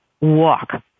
walk